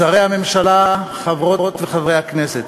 שרי הממשלה, חברות וחברי הכנסת,